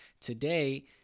today